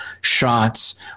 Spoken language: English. shots